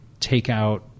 takeout